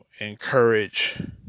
encourage